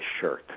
shirt